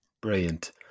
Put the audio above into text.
Brilliant